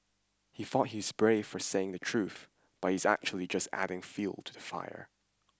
he thought he's brave for saying the truth but he's actually just adding fuel to the fire